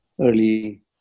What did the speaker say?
early